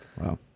Wow